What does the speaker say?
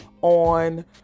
on